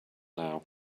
now